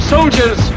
Soldiers